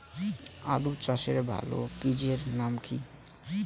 আলু চাষের ভালো বীজের নাম কি?